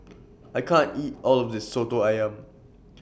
I can't eat All of This Soto Ayam